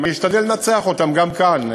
אני אשתדל לנצח אותם גם כאן.